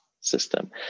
system